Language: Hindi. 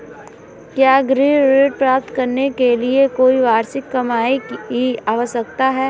क्या गृह ऋण प्राप्त करने के लिए कोई वार्षिक कमाई की आवश्यकता है?